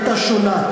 הייתה שונה.